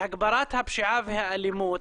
להגברת הפשיעה והאלימות.